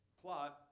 plot